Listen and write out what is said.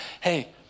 Hey